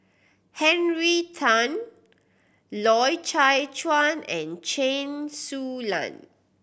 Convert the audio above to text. Henry Tan Loy Chye Chuan and Chen Su Lan